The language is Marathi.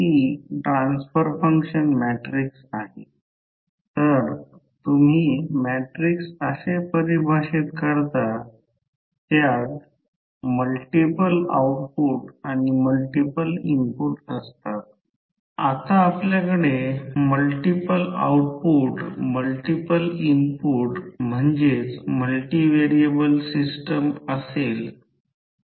डायमेंशन दिल्या आहेत येथून ते येथे ते 4 सेंटीमीटर दिले आहे या बिंदूपासून या बिंदूपर्यंत ते 6 सेंटीमीटर दिले आहे आणि येथे जाडी 1 सेंटीमीटर आहे